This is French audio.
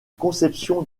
conception